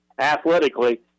athletically